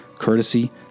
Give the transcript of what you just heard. courtesy